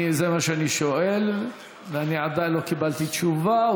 זה מה שאני שואל ואני עדיין לא קיבלתי תשובה.